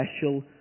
special